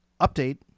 update